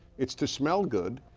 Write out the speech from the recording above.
it's to smell good.